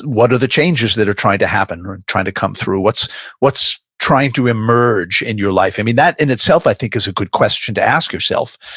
what are the changes that are trying to happen or and trying to come through? what's what's trying to emerge in your life? and that in itself i think is a good question to ask yourself.